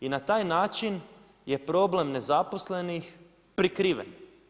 I na taj način je problem nezaposlenih prikriven.